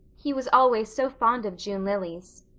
he was always so fond of june lilies.